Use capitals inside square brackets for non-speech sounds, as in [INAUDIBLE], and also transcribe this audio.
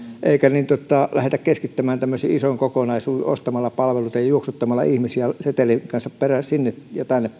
eikä lähdetä keskittämään tämmöiseen isoon kokonaisuuteen ostamalla palveluita ja juoksuttamalla ihmisiä peräkkäin setelin kanssa sinne ja tänne [UNINTELLIGIBLE]